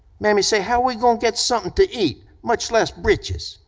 mammy say, how we gonna get something to eat, much less breeches,